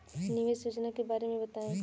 निवेश योजना के बारे में बताएँ?